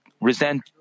resent